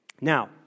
Now